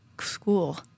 school